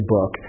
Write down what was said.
Book